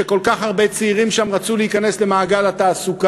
שכל כך הרבה צעירים שם רצו להיכנס למעגל התעסוקה.